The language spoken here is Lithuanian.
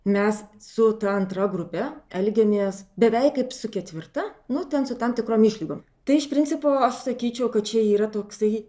mes su ta antra grupe elgiamės beveik kaip su ketvirta nu ten su tam tikrom išlygom tai iš principo aš sakyčiau kad čia yra toksai